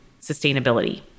sustainability